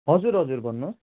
हजुर हजुर भन्नुहोस्